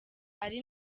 ari